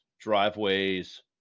driveways